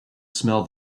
smell